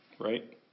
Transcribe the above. right